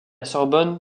sorbonne